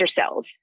cells